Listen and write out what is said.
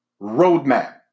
roadmap